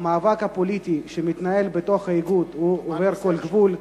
המאבק הפוליטי שמתנהל בתוך האיגוד עובר כל גבול.